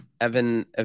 Evan